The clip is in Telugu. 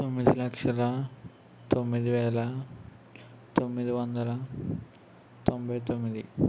తొమ్మిది లక్షల తొమ్మిది వేల తొమ్మిది వందల తొంభై తొమ్మిది